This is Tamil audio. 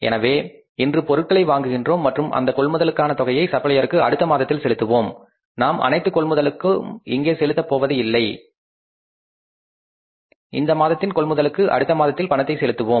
எனவே இன்று பொருட்களை வாங்குகிறோம் மற்றும் இந்த கொள்முதலுக்கான தொகையை சப்ளையருக்கு அடுத்த மாதத்தில் செலுத்துவோம் நாம் அனைத்து கொள்முதலுக்கு இங்கே செலுத்தப் போவதில்லை இந்த மாதத்தின் கொள்முதலுக்கு அடுத்த மாதத்தில் பணத்தை செலுத்துவோம்